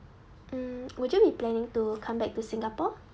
mm would you be planning to come back to singapore